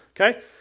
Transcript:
Okay